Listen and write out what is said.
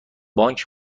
بانک